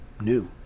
new